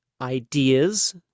ideas